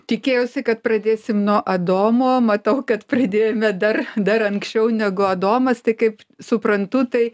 tikėjausi kad pradėsim nuo adomo matau kad pradėjome dar dar anksčiau negu adomas tai kaip suprantu tai